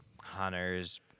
hunters